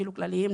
אפילו כלליים,